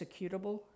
executable